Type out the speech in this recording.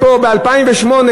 ב-2008,